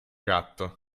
gatto